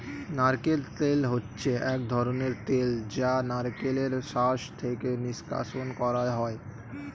নারকেল তেল হচ্ছে এক ধরনের তেল যা নারকেলের শাঁস থেকে নিষ্কাশণ করা হয়